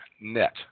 Net